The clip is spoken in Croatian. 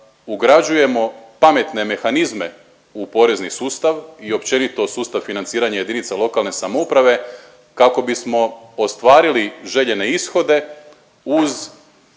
ugrađujemo pametne mehanizme u porezni sustav i općenito sustav financiranja jedinica lokalne samouprave kako bismo ostvarili željene ishode uz